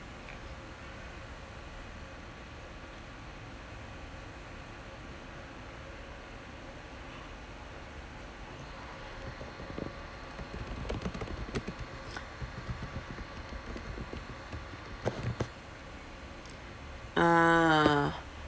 ah